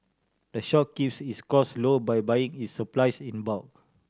the shop keeps its costs low by buying its supplies in bulk